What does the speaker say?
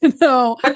no